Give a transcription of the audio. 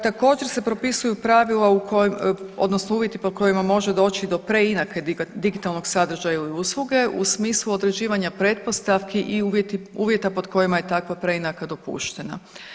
Također se propisuju pravila u kojim odnosno uvjeti pod kojima može doći do preinake digitalnog sadržaja i usluge u smislu određivanja pretpostavki i uvjeta pod kojima je takva preinaka dopuštena.